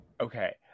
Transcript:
okay